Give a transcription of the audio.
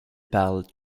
parle